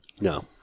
No